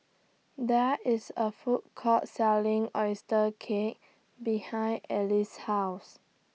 There IS A Food Court Selling Oyster Cake behind Alice's House